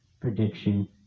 prediction